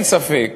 אין ספק